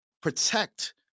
protect